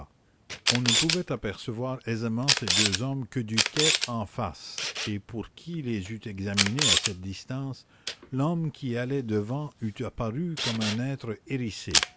on ne pouvait apercevoir aisément ces deux hommes que du quai en face et pour qui les eût examinés à cette distance l'homme qui allait devant eût apparu comme un être hérissé